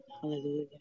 Hallelujah